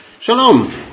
Shalom